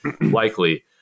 likely